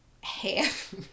half